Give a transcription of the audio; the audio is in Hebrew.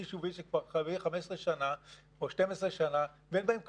יישובים שכבר קיימים 15 שנה או 12 שנה ואין בהם כלום.